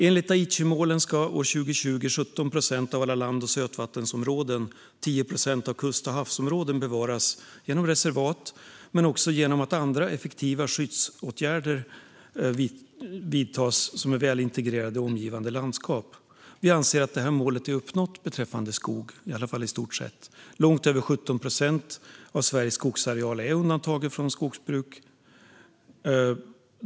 Enligt Aichimålen ska år 2020 17 procent av alla land och sötvattensområden och 10 procent av kust och havsområden bevaras genom reservat och genom att andra effektiva skyddsåtgärder vidtas som är väl integrerade med omgivande landskap. Vi anser att det målet är i stort sett uppnått beträffande skog. Långt över 17 procent av Sveriges skogsareal är undantaget från skogsbruk.